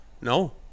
no